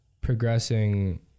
progressing